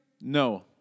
No